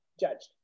judged